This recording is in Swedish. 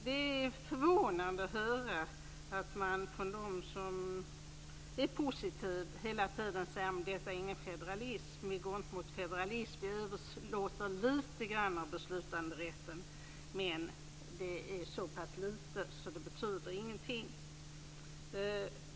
Det är förvånande att höra dem som är positiva hela tiden säga att vi inte går mot en federalism - vi överlåter litet grand av beslutanderätten, men det är så pass litet att det inte betyder någonting.